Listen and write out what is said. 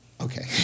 Okay